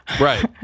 right